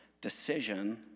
decision